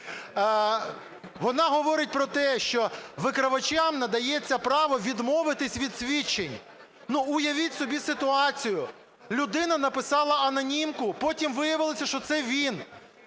вона говорить про те, що викривачам надається право відмовитись від свідчень. Уявіть собі ситуацію, людина написала анонімку, потім виявилося, що це він,